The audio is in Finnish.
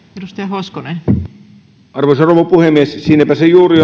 arvoisa rouva puhemies siinäpä se juuri